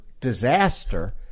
disaster